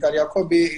סיגל יעקבי,